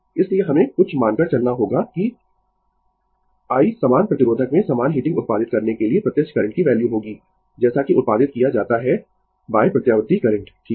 इसलिए हमें कुछ मानकर चलना होगा कि I समान प्रतिरोधक में समान हीटिंग उत्पादित करने के लिए प्रत्यक्ष करंट की वैल्यू होगी जैसा कि उत्पादित किया जाता है प्रत्यावर्ती करंट ठीक है